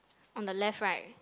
on the left right